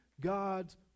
God's